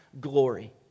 glory